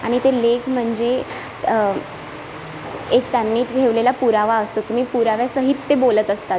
आणि ते लेख म्हणजे एक त्यांनी ठेवलेला पुरावा असतो तुम्ही पुराव्यासहित ते बोलत असतात